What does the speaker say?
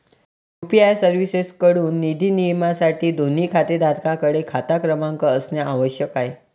UPI सर्व्हिसेसएकडून निधी नियमनासाठी, दोन्ही खातेधारकांकडे खाता क्रमांक असणे आवश्यक आहे